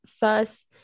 thus